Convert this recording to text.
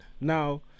Now